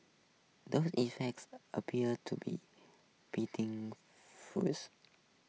those effects appear to be beating fruits